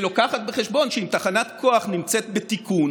שלוקחת בחשבון שאם תחנת כוח נמצאת בתיקון